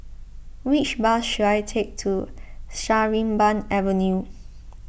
which bus should I take to Sarimbun Avenue